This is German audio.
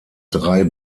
drei